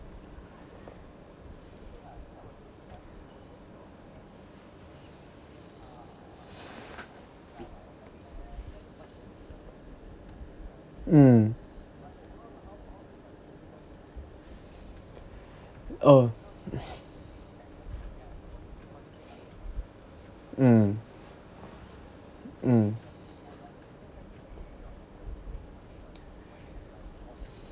mm oh mm mm